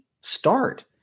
start